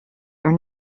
are